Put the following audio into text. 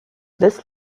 this